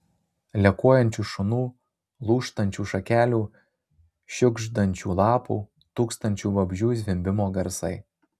lekuojančių šunų lūžtančių šakelių šiugždančių lapų tūkstančių vabzdžių zvimbimo garsai